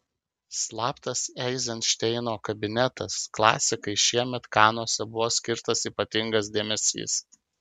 slaptas eizenšteino kabinetas klasikai šiemet kanuose buvo skirtas ypatingas dėmesys